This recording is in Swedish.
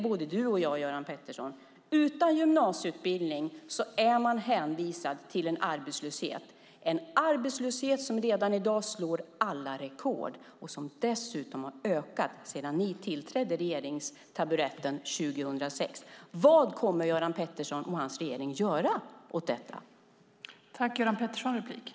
Både du och jag vet att utan gymnasieutbildning är man hänvisad till arbetslöshet - en arbetslöshet som redan i dag slår alla rekord och som dessutom har ökat sedan ni tillträdde regeringstaburetten 2006. Vad kommer Göran Pettersson och regeringen att göra åt detta?